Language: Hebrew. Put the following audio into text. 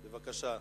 הצבעה.